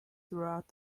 throughout